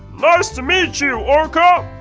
nice to meet you orca!